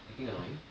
getting annoying